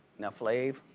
now flav,